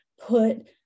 put